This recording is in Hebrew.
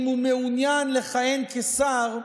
ואם הוא מעוניין לכהן כשר,